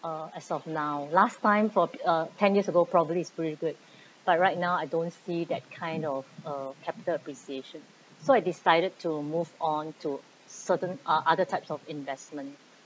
uh as of now last time for uh ten years ago probably it's pretty good but right now I don't see that kind of uh capital appreciation so I decided to move on to certain uh other types of investment